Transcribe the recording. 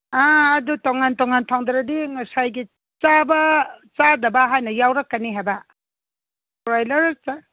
ꯑꯥ ꯑꯗꯨ ꯇꯣꯉꯥꯟ ꯇꯣꯉꯥꯟ ꯊꯣꯡꯗ꯭ꯔꯗꯤ ꯉꯁꯥꯏꯒꯤ ꯆꯥꯕ ꯆꯥꯗꯕ ꯍꯥꯏꯅ ꯌꯥꯎꯔꯛꯀꯅꯤ ꯍꯥꯏꯕ ꯀ꯭ꯔꯣꯏꯂꯔ